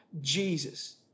Jesus